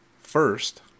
First